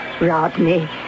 Rodney